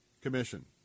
Commission